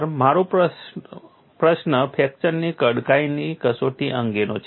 sir મારો પ્રશ્ન ફ્રેક્ચરની કડકાઈની કસોટી અંગેનો છે